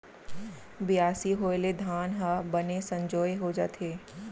बियासी होय ले धान ह बने संजोए हो जाथे